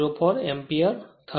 04 એમ્પીયરથશે